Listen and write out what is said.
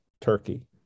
turkey